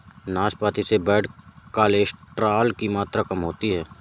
नाशपाती से bad cholesterol की मात्रा कम होती है